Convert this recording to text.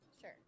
Sure